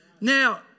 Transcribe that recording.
Now